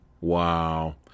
Wow